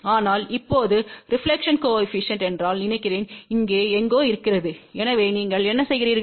ஆனால் இப்போது reflection coefficient என்றால் நினைக்கிறேன் இங்கே எங்கோ இருக்கிறது எனவே நீங்கள் என்ன செய்கிறீர்கள்